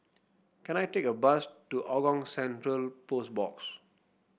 can I take a bus to Hougang Central Post Box